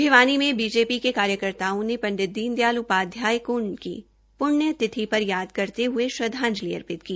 भिवानी में बीजेपी के कार्यकर्ताओं ने पंडित दीन दयाल उपाध्याय को उनकी पुण्यतिथि पर याद करते हये श्रद्वाजलि अर्पित की